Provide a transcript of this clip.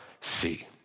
see